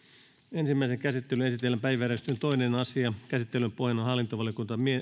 ensimmäiseen käsittelyyn esitellään päiväjärjestyksen toinen asia käsittelyn pohjana on